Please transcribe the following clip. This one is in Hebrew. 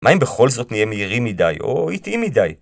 מה אם בכל זאת נהיה מהירים מדי, או איטיים מדי?